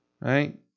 right